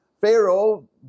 Pharaoh